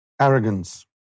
arrogance